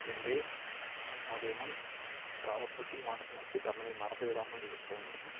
எனவே ஆகையினால் காலப்போக்கில் மாற்றி மாற்றி தமிழை மறந்து விடாமல் இருக்க வேண்டும்